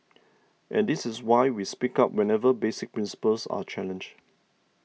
and this is why we speak up whenever basic principles are challenged